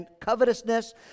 covetousness